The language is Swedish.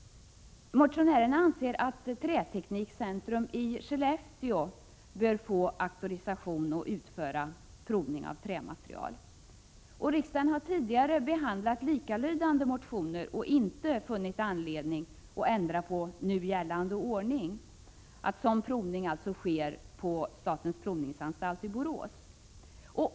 Motionärerna anser att Träteknikcentrum i Skellefteå bör få auktorisation att utföra provning av trämaterial. Riksdagen har tidigare behandlat liknande motioner och inte funnit anledning att ändra på nu gällande ordning, dvs. att sådan provning sker på statens provningsanstalt i Borås.